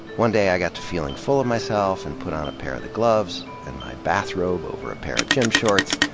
one day i got to feeling fu ll of myself and put on a pair of the gloves, and my bathrobe over a pair of gym shorts,